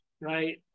right